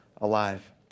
alive